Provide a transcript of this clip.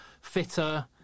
fitter